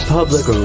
Public